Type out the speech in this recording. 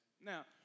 Now